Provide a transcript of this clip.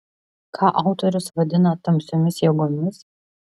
ką autorius vadina tamsiomis jėgomis